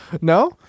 No